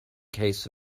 case